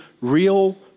real